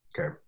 Okay